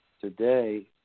Today